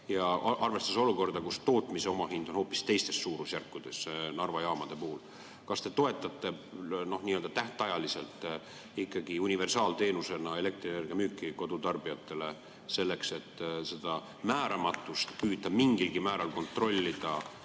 arvestades olukorda, kus tootmise omahind on hoopis teistes suurusjärkudes Narva jaamades? Kas te toetate nii‑öelda tähtajaliselt ikkagi universaalteenusena elektrienergia müüki kodutarbijatele, selleks et seda määramatust püüda mingilgi määral kontrollida